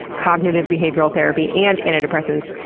cognitive behavioral therapy and antidepressants.